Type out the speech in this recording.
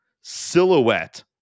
silhouette